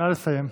נא לסיים.